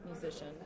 musician